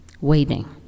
waiting